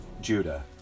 Judah